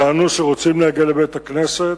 טענו שרוצים להגיע לבית-הכנסת,